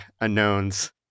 unknowns